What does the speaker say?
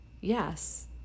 yes